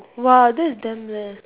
!wah! that it's damn